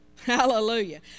Hallelujah